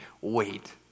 wait